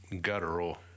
guttural